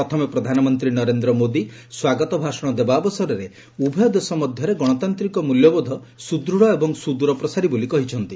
ପ୍ରଥମେ ପ୍ରଧାନମନ୍ତ୍ରୀ ନରେନ୍ଦ୍ର ମୋଦି ସ୍ୱାଗତ ଭାଷଣ ଦେବା ଅବସରରେ ଉଭୟ ଦେଶ ମଧ୍ୟରେ ଗଣତାନ୍ତିକ ମ୍ବଲ୍ୟବୋଧ ସ୍ୱଦୂଢ଼ ଏବଂ ସ୍ୱଦ୍ୱରପ୍ରସାରୀ ବୋଲି କହିଛନ୍ତି